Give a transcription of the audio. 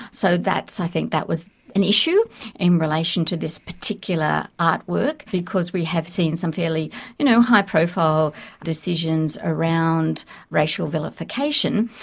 so i think that was an issue in relation to this particular artwork because we have seen some fairly you know high-profile decisions around racial vilification.